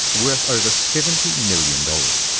worth over seventy million dollars.